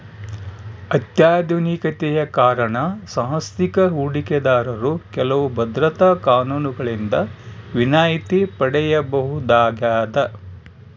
ಅತ್ಯಾಧುನಿಕತೆಯ ಕಾರಣ ಸಾಂಸ್ಥಿಕ ಹೂಡಿಕೆದಾರರು ಕೆಲವು ಭದ್ರತಾ ಕಾನೂನುಗಳಿಂದ ವಿನಾಯಿತಿ ಪಡೆಯಬಹುದಾಗದ